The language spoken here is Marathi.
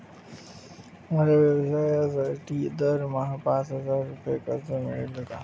माझ्या व्यवसायासाठी दरमहा पाच हजार रुपये कर्ज मिळेल का?